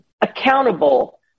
accountable